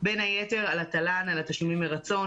בין היתר, על התל"ן, על התשלומים מרצון